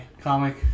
comic